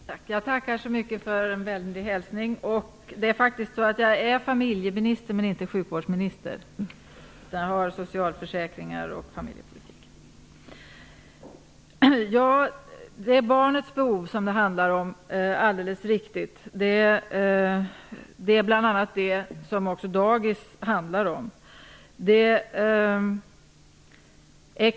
Herr talman! Jag tackar så mycket för en vänlig hälsning. Jag är faktiskt familjeminister men inte sjukvårdsminister. Jag har ansvar för socialförsäkringar och familjepolitik. Det är alldeles riktigt att det är barnets behov det handlar om. Det är bl.a. det som också dagis handlar om.